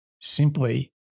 simply